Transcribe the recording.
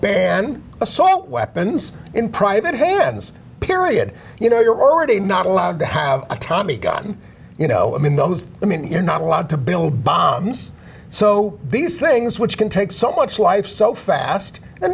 ben assault weapons in private hands period you know you're already not allowed to have a tommy gun you know i mean those i mean you're not allowed to build bombs so these things which can take so much life so fast